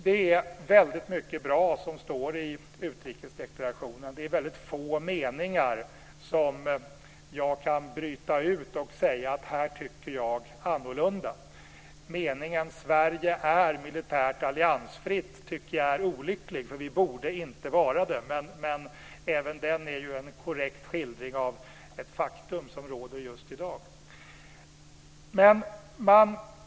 Det står väldigt mycket bra i utrikesdeklarationen. Det är väldigt få meningar som jag kan bryta ut och säga att här tycker jag annorlunda. Meningen "Sverige är militärt alliansfritt" tycker jag är olycklig. Vi borde inte vara det. Men även den är ju en korrekt skildring av ett faktum som råder just i dag.